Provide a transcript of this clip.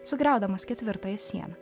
sugriaudamas ketvirtąją sieną